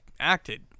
acted